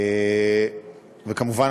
וכמובן,